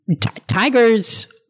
tigers